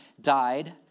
died